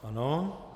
Ano.